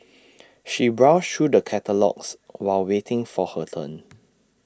she browsed through the catalogues while waiting for her turn